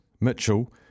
Mitchell